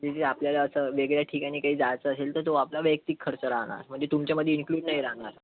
हे जे आपल्याला असं वेगळ्या ठिकाणी काही जायचं असेल तर तो आपला वैयक्तिक खर्च राहणार म्हणजे तुमच्यामध्ये इन्क्लूड नाही राहणार